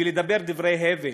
ולדבר דברי הבל,